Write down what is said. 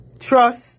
Trust